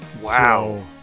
Wow